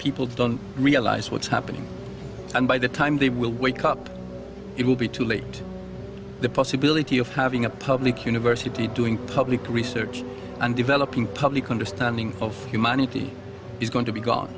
people don't realize what's happening and by the time they will wake up it will be too late the possibility of having a public university doing public research and developing public understanding of humanity is going to be gone